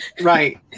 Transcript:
Right